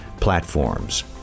platforms